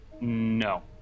No